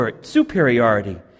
superiority